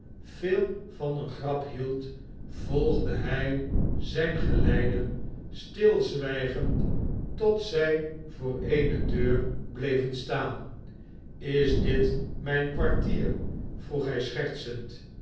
veel van eene grap hield volgde hij zijn geleider stilzwijgend tot zij voor eene deur bleven staan is dit mijn kwartier vroeg hij schertsend